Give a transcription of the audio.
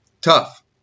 tough